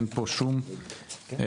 אין פה שום עניין,